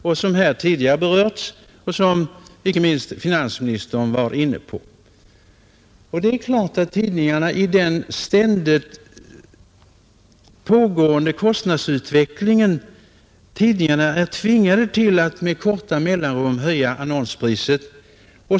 Detta har tidigare berörts här, inte minst av finansministern, Det är klart att tidningarna i den ständigt pågående kostnadsutvecklingen är tvingade till att med korta mellanrum höja annonspriset.